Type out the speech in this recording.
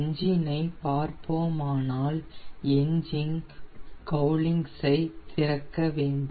engine ஐ பார்ப்போமானல் engine cowlings ஐ திறக்க வேண்டும்